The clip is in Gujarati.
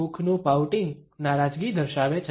મુખનું પાઉટીંગ નારાજગી દર્શાવે છે